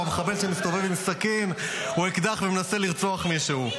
המחבל שמסתובב עם סכין או אקדח ומנסה לרצוח מישהו.